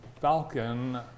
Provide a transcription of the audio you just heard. Falcon